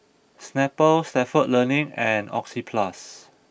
Snapple Stalford Learning and Oxyplus